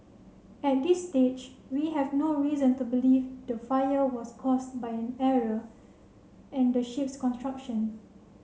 at this stage we have no reason to believe the fire was caused by an error in the ship's construction